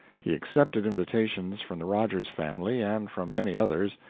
he accepted invitations from the rogers family and from many others,